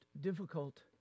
difficult